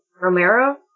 Romero